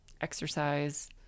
exercise